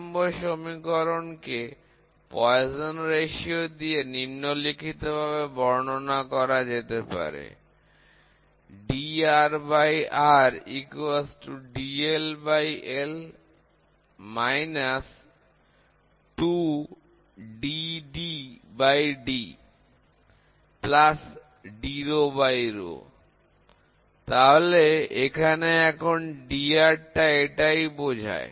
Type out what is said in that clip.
নম্বর সমীকরণ কে Poisson অনুপাত দিয়ে নিন্মলিখিতভাবে বর্ণনা করা যেতে পারে তাহলে এখন এখানে dR টা এটাই বোঝায়